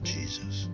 Jesus